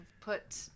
put